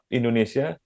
Indonesia